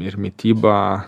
ir mityba